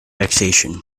vexation